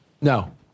No